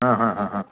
हा हा हा हा